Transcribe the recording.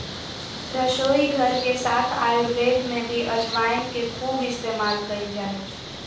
रसोईघर के साथ आयुर्वेद में भी अजवाइन के खूब इस्तेमाल कइल जा हइ